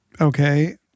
Okay